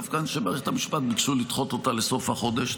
דווקא אנשי מערכת המשפט ביקשו לדחות אותה לסוף החודש,